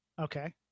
okay